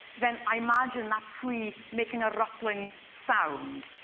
then i imagine that tree making a rustling sound.